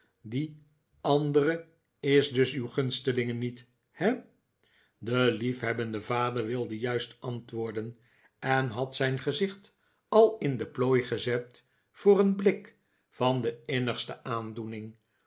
die andere is dus uw gunsteling niet he de liefhebbende vader wilde juist antwoorden en had zijn gezicht al in de plooi gezet voor een blik van de innigste aandoening